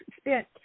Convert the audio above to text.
spent